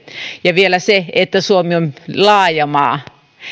ja vielä se että suomi on laaja maa